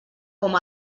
com